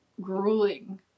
grueling